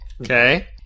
Okay